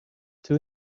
two